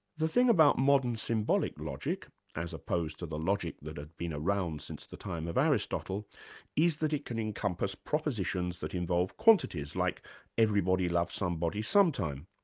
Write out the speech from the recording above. the thing about modern symbolic logic as opposed to the logic that had been around since the time of aristotle is that it can encompass propositions that involve quantities, like everybody loves somebody some time.